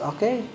Okay